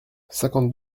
cinquante